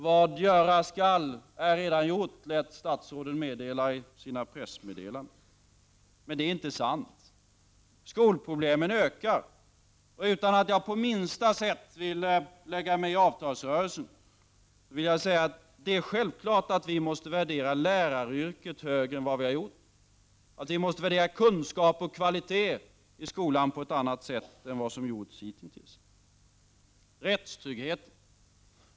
Vad göras skall är redan gjort, lät statsråden meddela i sina pressmeddelanden. Det är dock inte sant. Skolproblemen ökar. Utan att på något sätt lägga mig i avtalsrörelsen, vill jag säga att vi självfallet måste värdera läraryrket högre än vad vi har gjort. Vi måste också värdera kunskap och kvalitet i skolan på ett annat sätt än hitintills. Jag vill även ta upp rättstryggheten.